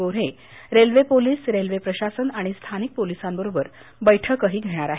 Gorhe railway police railway प्रशासन आणि स्थानिक पोलीसांबरोबर बठ्किही घेणार आहेत